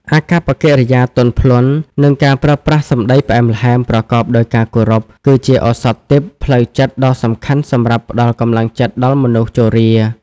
អាកប្បកិរិយាទន់ភ្លន់ និងការប្រើប្រាស់សម្តីផ្អែមល្ហែម ប្រកបដោយការគោរព គឺជាឱសថទិព្វផ្លូវចិត្តដ៏សំខាន់សម្រាប់ផ្តល់កម្លាំងចិត្តដល់មនុស្សជរា។